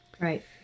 Right